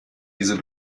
diese